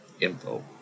Info